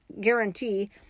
guarantee